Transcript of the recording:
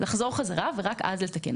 לחזור בחזרה ורק אז לתקן.